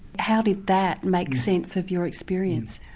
how did that make sense of your experience?